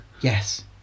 yes